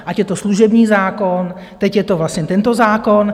Ať je to služební zákon, teď je to vlastně tento zákon.